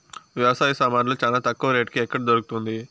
వ్యవసాయ సామాన్లు చానా తక్కువ రేటుకి ఎక్కడ దొరుకుతుంది?